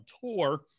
tour